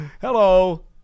Hello